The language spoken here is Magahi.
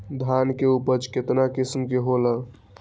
धान के उपज केतना किस्म के होला?